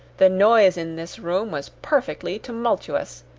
the noise in this room was perfectly tumultuous,